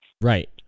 Right